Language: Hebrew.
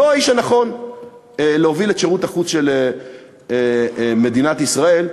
הוא לא האיש הנכון להוביל את שירות החוץ של מדינת ישראל.